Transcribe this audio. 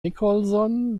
nicholson